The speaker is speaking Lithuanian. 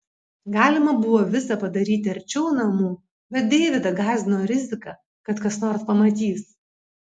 galima buvo visa padaryti arčiau namų bet deividą gąsdino rizika kad kas nors pamatys